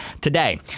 today